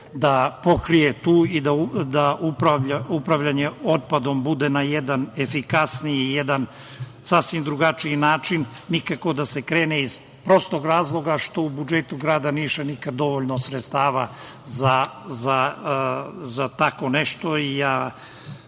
da pokrije i da upravljanje otpadom bude na jedan efikasniji i sasvim drugačiji način nikako da se krene, iz prostog razloga što u budžetu grada Niša nikad dovoljno sredstava za tako nešto